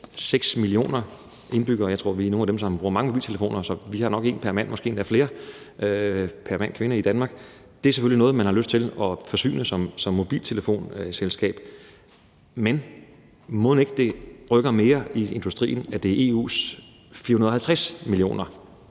6 millioner indbyggere – jeg tror, at vi er nogle af dem, som bruger mange mobiltelefoner, så vi har nok en pr. mand eller kvinde i Danmark, måske endda flere – er selvfølgelig nogle, man har lyst til at forsyne som mobiltelefonselskab. Men mon ikke det rykker mere i industrien, at det er EU's 450 millioner